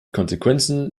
konsequenzen